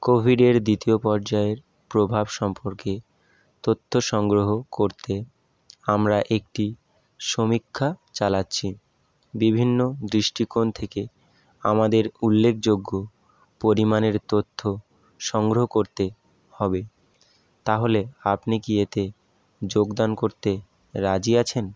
কোভিডের দ্বিতীয় পর্যায়ের প্রভাব সম্পর্কে তথ্য সংগ্রহ করতে আমরা একটি সমীক্ষা চালাচ্ছি বিভিন্ন দৃষ্টিকোণ থেকে আমাদের উল্লেখযোগ্য পরিমাণের তথ্য সংগ্রহ করতে হবে তাহলে আপনি কি এতে যোগদান করতে রাজি আছেন